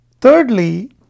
Thirdly